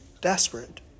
Desperate